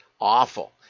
awful